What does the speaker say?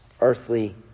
earthly